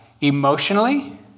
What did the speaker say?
emotionally